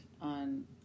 on